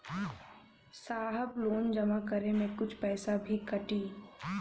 साहब लोन जमा करें में कुछ पैसा भी कटी?